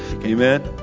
Amen